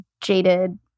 jaded